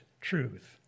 truth